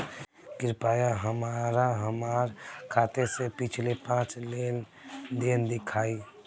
कृपया हमरा हमार खाते से पिछले पांच लेन देन दिखाइ